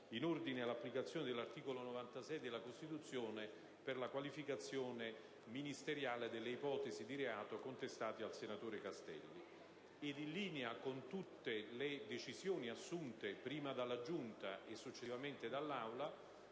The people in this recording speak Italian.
in ordine dell'applicazione dell'articolo 96 della Costituzione, per la qualificazione ministeriale delle ipotesi di reato contestate al senatore Castelli. In linea con tutte le decisioni assunte, prima dalla Giunta e successivamente dall'Assemblea,